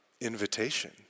invitation